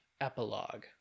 epilogue